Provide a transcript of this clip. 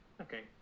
okay